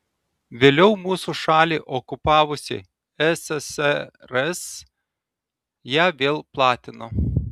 vėliau mūsų šalį okupavusi ssrs ją vėl platino